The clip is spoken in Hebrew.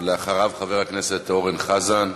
אחריו, חבר הכנסת אורן חזן,